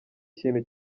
kintu